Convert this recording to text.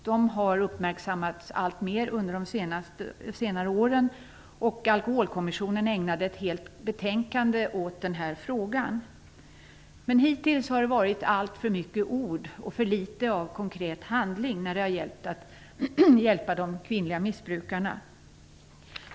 De har uppmärksammats allt mer under senare år. Alkoholkommissionen ägnade ett helt betänkande åt den här frågan. Men hittills har det varit alltför många ord och för lite av konkret handling när det har gällt att hjälpa de kvinnliga missbrukarna.